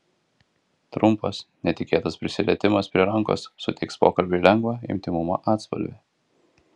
trumpas netikėtas prisilietimas prie rankos suteiks pokalbiui lengvą intymumo atspalvį